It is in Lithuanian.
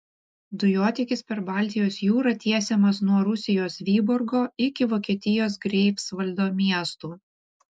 dujotiekis per baltijos jūrą tiesiamas nuo rusijos vyborgo iki vokietijos greifsvaldo miestų